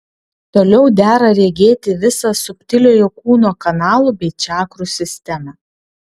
toliau dera regėti visą subtiliojo kūno kanalų bei čakrų sistemą